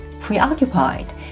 preoccupied